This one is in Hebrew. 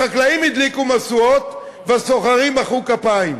החקלאים הדליקו משואות והסוחרים מחאו כפיים.